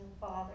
Father